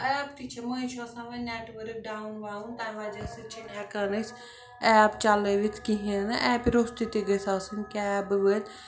app تہِ چھِ مٔنٛزۍ چھُ آسان وَنۍ نٮ۪ٹ ؤرٕک ڈاوُن واوُن تَمہِ وَجہ سۭتۍ چھِنہٕ ہٮ۪کان أسۍ ایپ چَلٲوِتھ کِہیٖنۍ نہٕ ایپہِ روٚستُے تہِ گٔژھۍ آسٕنۍ کیبہٕ وٲلۍ